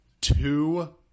two